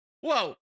Whoa